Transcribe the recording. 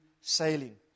sailing